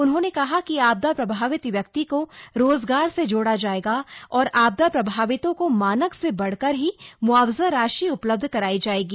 उन्होंने कहा कि आपदा प्रभावित व्यक्ति को रोजगार से जोड़ा जाएगा और आपदा प्रभावितों को मानक से बढ़कर ही मुआवजा राशि उपलब्ध कराई जाएगी